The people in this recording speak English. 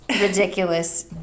ridiculous